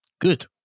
good